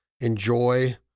enjoy